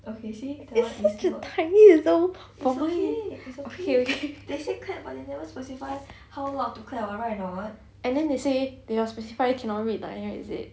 it's such a tiny little okay okay and then they say they must specify cannot red line is it